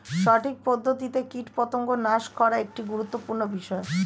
সঠিক পদ্ধতিতে কীটপতঙ্গ নাশ করা একটি গুরুত্বপূর্ণ বিষয়